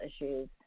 issues